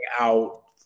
out